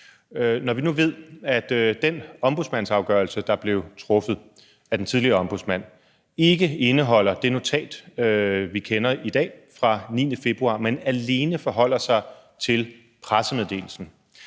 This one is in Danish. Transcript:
Når vi nu ved, at den ombudsmandsafgørelse, der blev truffet af den tidligere ombudsmand, ikke indeholder det notat, vi kender i dag, fra den 9. februar, men alene forholder sig til pressemeddelelsen,